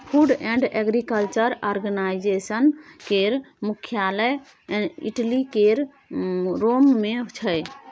food and agriculture organisation केर मुख्यालय Italy केर रोम मे छै